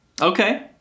okay